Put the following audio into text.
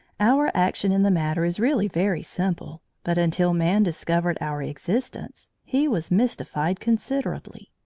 our action in the matter is really very simple, but until man discovered our existence, he was mystified considerably.